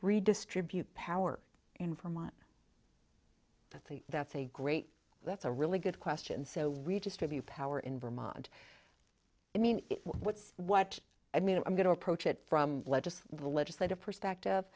redistribute power in vermont i think that's a great that's a really good question so redistribute power in vermont i mean what's what i mean i'm going to approach it from legist the legislative perspective